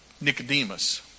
Nicodemus